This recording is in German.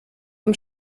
vom